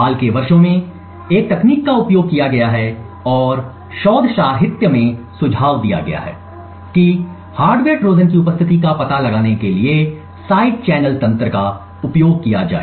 हाल के वर्षों में एक होनहार तकनीक का उपयोग किया गया है और शोध साहित्य में सुझाव दिया गया है कि हार्डवेयर ट्रोजन की उपस्थिति का पता लगाने के लिए साइड चैनल तंत्र का उपयोग किया जाए